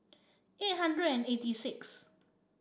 eight hundred and eighty six